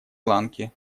ланки